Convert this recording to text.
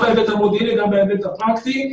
גם בהיבט המודיעיני וגם בהיבט הפרקטי.